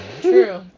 True